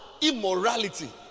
immorality